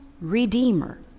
redeemer